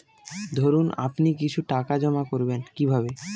ধরুন আপনি কিছু টাকা জমা করবেন কিভাবে?